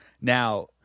Now